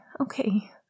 okay